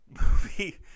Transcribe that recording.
movie